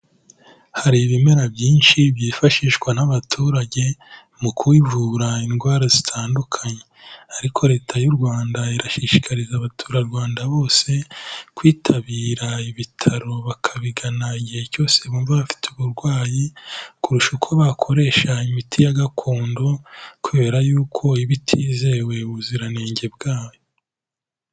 Hari ibimera byinshi byifashishwa n'abaturage mu kwivura indwara zitandukanye. Ariko Leta y'u Rwanda irashishikariza abaturarwanda bose, kwitabira ibitaro bakabigana igihe cyose bumva bafite uburwayi, kurusha uko bakoresha imiti ya gakondo kubera yuko iba itizewe ubuziranenge bwayo.